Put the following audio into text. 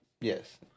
Yes